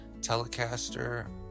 Telecaster